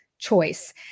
choice